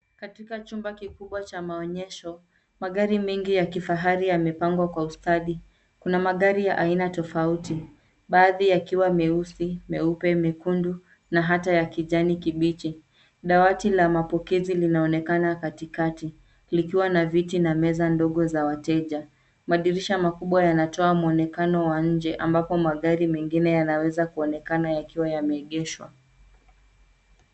Katika chumba kikubwa cha maonyesho, magari mengi ya kifahari yamepangwa kwa ustadi. Kuna magari ya aina tofauti, baadhi yakiwa meusi, meupe, mekundu, na hata ya kijani kibichi. Dawati la mapokezi linaonekana katikati, likiwa na viti na meza ndogo za wateja. Madirisha makubwa yanatoa muonekano wa nje, ambapo magari mengine yanaweza kuonekana yakiwa yameegeshwa.